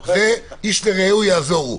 זה איש לרעהו יעזרו.